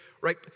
right